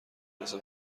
واسه